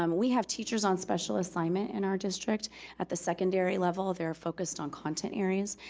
um we have teachers on special assignment in our district at the secondary level that are focused on content areas.